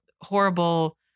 horrible